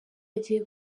agiye